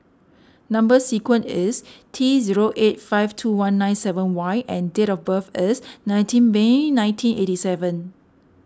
Number Sequence is T zero eight five two one nine seven Y and date of birth is nineteen May nineteen eighty seven